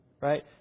right